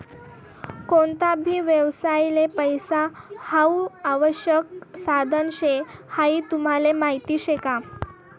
कोणता भी व्यवसायले पैसा हाऊ आवश्यक साधन शे हाई तुमले माहीत शे का?